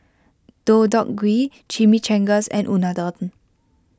Deodeok Gui Chimichangas and Unadon